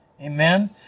Amen